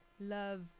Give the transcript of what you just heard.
love